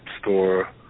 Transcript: store